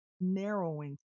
narrowing